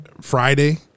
Friday